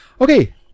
Okay